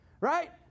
Right